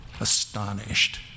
astonished